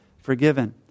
forgiven